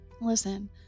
listen